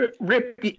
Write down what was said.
Rip